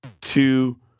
two